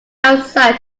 outside